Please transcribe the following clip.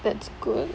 that's good